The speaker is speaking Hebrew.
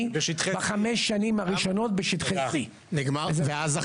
בחמש השנים הראשונות בשטחי C. ואז,